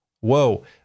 whoa